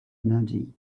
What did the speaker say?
energy